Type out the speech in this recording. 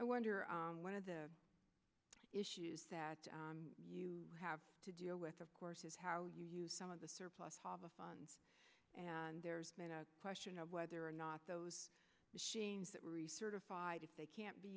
i wonder if one of the issues that you have to deal with of course is how you use some of the surplus pava fund and there's not a question of whether or not those machines that recertified if they can't be